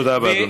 תודה רבה.